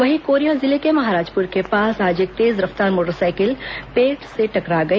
वही कोरिया जिले के महाराजपुर के पास आज एक तेज रफ्तार मोटरसाइकिल पेड़ से टकरा गई